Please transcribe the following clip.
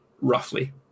roughly